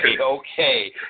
Okay